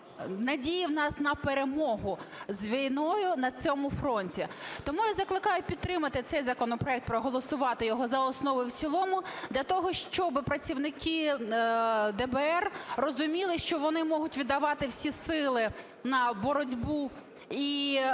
надії у нас на перемогу з війною на цьому фронті. Тому я закликаю підтримати цей законопроект, проголосувати його за основу і в цілому для того, щоб працівники ДБР розуміли, що вони можуть віддавати всі сили на боротьбу і їхні